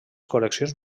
col·leccions